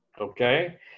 Okay